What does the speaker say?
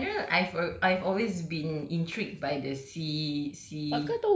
like in general I've uh I've always been intrigued by the se~ sea